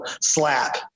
slap